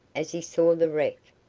as he saw the wreck,